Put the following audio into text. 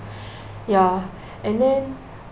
ya and then